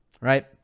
right